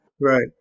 Right